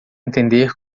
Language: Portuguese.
entender